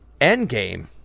Endgame